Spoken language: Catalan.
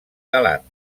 galant